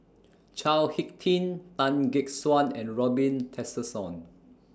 Chao Hick Tin Tan Gek Suan and Robin Tessensohn